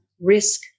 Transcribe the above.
risk